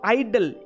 idol